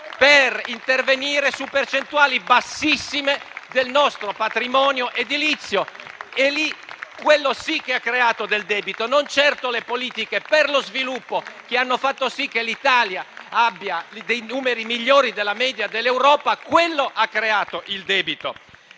per intervenire su percentuali bassissime del nostro patrimonio edilizio. Quello sì che ha creato del debito, non certo le politiche per lo sviluppo che hanno fatto sì che l'Italia abbia numeri migliori della media dell'Europa. Un altro punto è stato